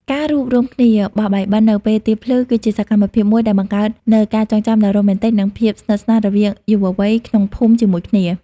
ការរួមគ្នា "បោះបាយបិណ្ឌ" នៅពេលទៀបភ្លឺ គឺជាសកម្មភាពមួយដែលបង្កើតនូវការចងចាំដ៏រ៉ូមែនទិក និងភាពស្និទ្ធស្នាលរវាងយុវវ័យក្នុងភូមិជាមួយគ្នា។